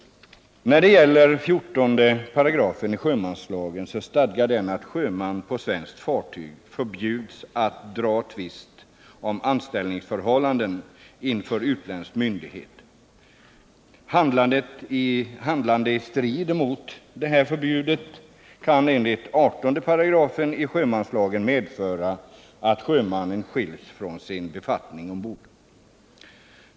När det gäller 14 § sjömanslagen så stadgar den att sjöman på svenskt fartyg förbjuds att dra tvist om anställningsförhållanden inför utländsk myndighet. Handlande i strid mot detta förbud kan enligt 18 § sjömanslagen medföra att sjömannen skiljs från sin befattning ombord.